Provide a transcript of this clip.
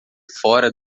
fora